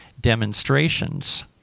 demonstrations